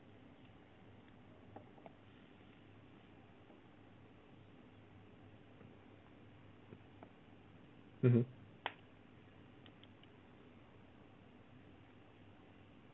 mmhmm